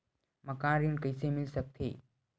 मकान ऋण कइसे मिल सकथे?